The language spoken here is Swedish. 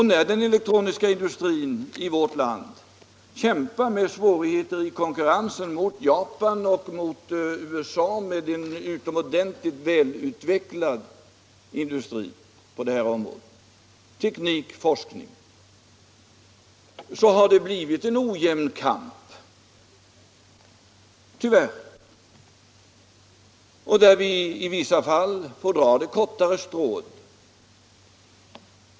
När den elektroniska industrin kämpar med svårigheter i konkurrensen med Japan och USA, som har en utomordentligt välutvecklad industri på det här området med teknik och forskning, så har det tyvärr blivit en ojämn kamp, där vi i vissa fall får dra det kortaste strået.